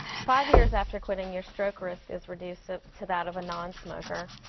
five years after quitting, your stroke risk is reduced to that of a non-smoker.